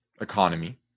economy